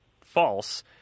false